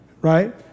Right